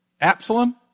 Absalom